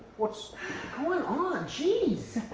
what's going on, jeeze.